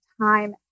time